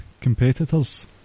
competitors